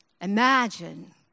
Imagine